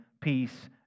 peace